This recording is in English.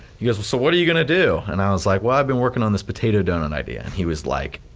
he goes so, what are you gonna do? and i was like, well i've been working on this potato donut idea. and he was like,